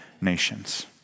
nations